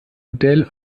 modell